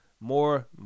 More